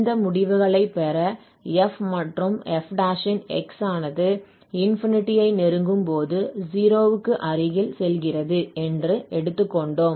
இந்த முடிவுகளைப் பெற f மற்றும் f இன் x ஆனது நெருங்கும்போது 0 க்கு அருகில் செல்கிறது என்று எடுத்துக்கொண்டோம்